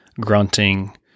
grunting